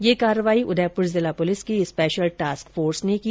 यह कार्रवाई उदयपुर जिला पुलिस की स्पेशल टास्क फोर्स ने की